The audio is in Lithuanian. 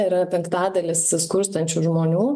yra penktadalis skurstančių žmonių